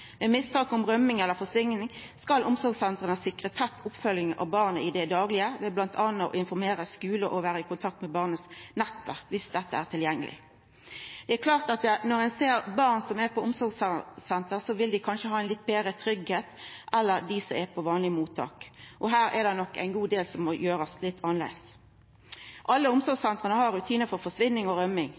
om rømming eller forsvinning skal omsorgssentra sikra tett oppfølging av barnet i det daglege, bl.a. ved å informera skular og vera i kontakt med nettverket til barnet, dersom dette er tilgjengeleg. Det er klart at når ein ser barn som er på omsorgssenter, vil dei kanskje ha ein litt betre tryggleik enn dei som er på vanlege mottak, og her er det nok ein god del som må bli gjort litt annleis. Alle omsorgssentra har rutinar for forsvinning og rømming.